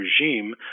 regime